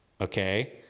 Okay